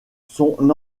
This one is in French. son